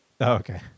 Okay